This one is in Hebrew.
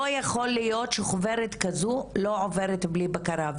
לא יכול להיות שחוברת כזו לא עוברת בלי בקרה.